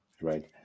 right